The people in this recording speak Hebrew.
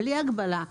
בלי הגבלה.